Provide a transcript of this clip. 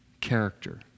character